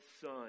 Son